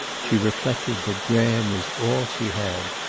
she reflected that graham was all she had.